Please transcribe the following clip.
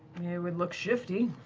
it would look shifty.